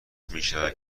میشود